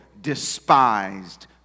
despised